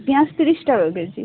পেঁয়াজ তিরিশ টাকা কেজি